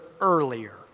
earlier